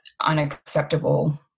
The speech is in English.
unacceptable